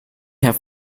have